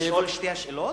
לשאול את שתי השאלות?